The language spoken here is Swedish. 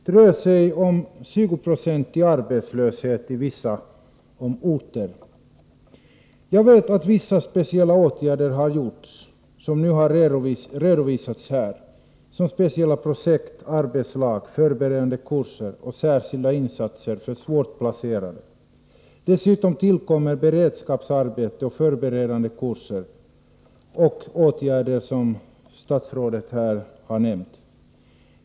Det rör sig om 20 26 arbetslöshet på vissa orter. Jag vet att vissa åtgärder har vidtagits, som nu har redovisats här, t.ex. speciella projekt, arbetslag, förberedande kurser och särskilda insatser för svårplacerade. Dessutom tillkommer beredskapsarbete och förberedande kurser och de åtgärder som statsrådet här har nämnt.